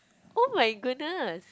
oh my goodness